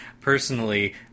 personally